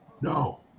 No